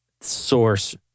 source